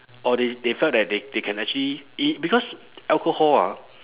or they they felt that they they can actually e~ because alcohol ah